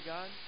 God